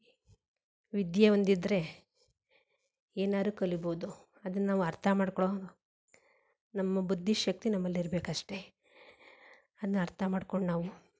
ವಿದ್ಯೆ ಒಂದಿದ್ದರೆ ಏನಾದ್ರು ಕಲಿಬೋದು ಅದನ್ನು ನಾವು ಅರ್ಥ ಮಾಡಿಕೊಳ್ಳೋ ನಮ್ಮ ಬುದ್ದಿಶಕ್ತಿ ನಮ್ಮಲ್ಲಿರಬೇಕಷ್ಟೆ ಅದನ್ನು ಅರ್ಥ ಮಾಡ್ಕೊಂಡು ನಾವು